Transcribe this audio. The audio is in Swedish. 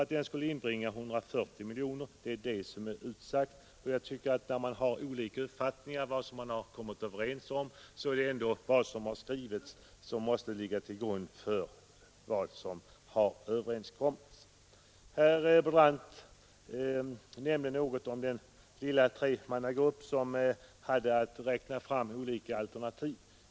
Avgiften skulle inbringa 140 miljoner. Det är vad som är utsagt. När man har olika uppfattningar om vad man kommit överens om så måste det som skrivits ligga till grund för bedömningen av vad som har överenskommits. Herr Brandt nämnde något om den tremannagrupp som hade att räkna fram olika alternativ.